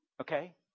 Okay